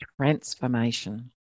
transformation